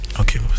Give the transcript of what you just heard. okay